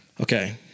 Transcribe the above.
Okay